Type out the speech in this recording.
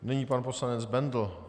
Nyní pan poslanec Bendl.